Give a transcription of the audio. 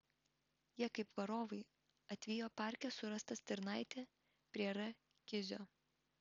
jie kaip varovai atvijo parke surastą stirnaitę prie r kizio